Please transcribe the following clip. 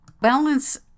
Balance